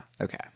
Okay